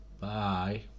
Bye